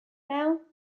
now